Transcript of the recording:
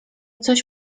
coś